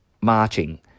marching